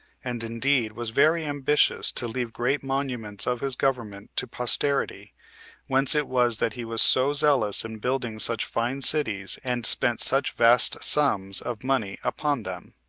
and indeed was very ambitious to leave great monuments of his government to posterity whence it was that he was so zealous in building such fine cities, and spent such vast sums of money upon them.